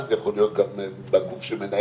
הגיענו לכל ההסכמות.